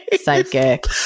Psychic